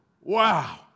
Wow